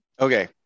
Okay